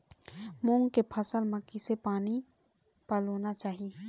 मूंग के फसल म किसे पानी पलोना चाही?